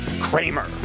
Kramer